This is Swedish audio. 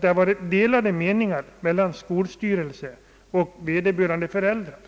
det har rått delade meningar mellan skolstyrelse och vederbörande föräldrar.